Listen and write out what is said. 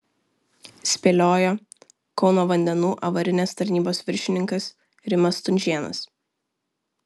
spėliojo kauno vandenų avarinės tarnybos viršininkas rimas stunžėnas